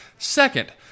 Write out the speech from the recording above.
Second